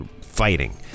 fighting